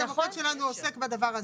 המוקד שלנו עוסק בדבר הזה.